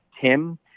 Tim